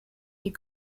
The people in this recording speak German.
die